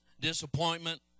disappointment